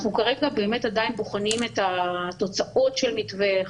אנחנו כרגע עדיין בוחנים את תוצאות המתווה.